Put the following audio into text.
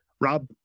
Rob